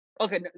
okay